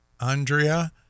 andrea